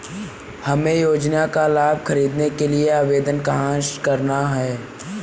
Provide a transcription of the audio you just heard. हमें योजना का लाभ ख़रीदने के लिए आवेदन कहाँ करना है?